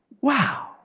Wow